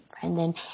Brendan